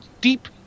deep